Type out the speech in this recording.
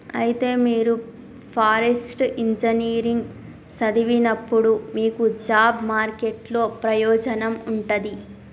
అయితే మీరు forest engineering సదివినప్పుడు మీకు జాబ్ మార్కెట్ లో ప్రయోజనం ఉంటది